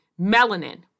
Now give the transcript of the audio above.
melanin